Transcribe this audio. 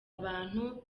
abantu